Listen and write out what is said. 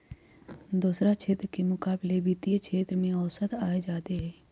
दोसरा क्षेत्र के मुकाबिले वित्तीय क्षेत्र में औसत आय जादे हई